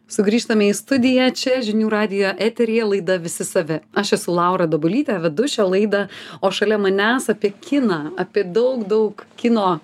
sugrįžtame į studiją čia žinių radijo eteryje laida visi savi aš esu laura dabulytė vedu šią laidą o šalia manęs apie kiną apie daug daug kino